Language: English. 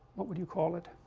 what would you call it